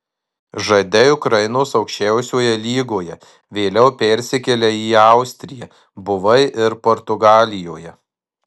žaidei ukrainos aukščiausioje lygoje vėliau persikėlei į austriją buvai ir portugalijoje